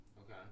Okay